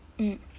mm